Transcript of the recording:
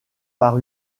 par